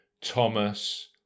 Thomas